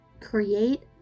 create